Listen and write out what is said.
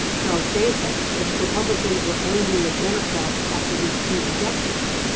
charles geyh says if republicans were angry with democrats after these two rejections,